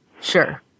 Sure